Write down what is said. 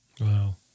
Wow